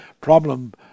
problem